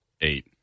eight